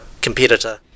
competitor